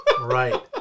Right